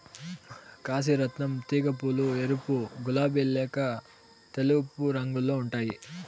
కాశీ రత్నం తీగ పూలు ఎరుపు, గులాబి లేక తెలుపు రంగులో ఉంటాయి